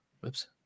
Whoops